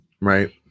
right